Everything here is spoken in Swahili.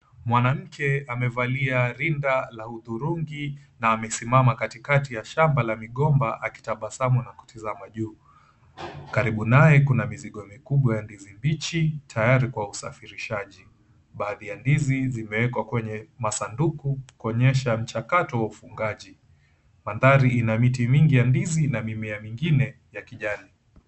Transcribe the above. Mwanamke amevalia rinda la hudhurungi na amesimama katikati ya shamba la migomba akitabasamu na kutizama juu. Karibu naye kuna mizigo mikubwa ya ndizi mbichi tayari kwa usafirishaji. Baadhi ya ndizi zimewekwa kwenye masanduku kuonyesha mchakato wa ufungaji. Mandhari ina miti mingi ya ndizi na mimea mingine ya kijani.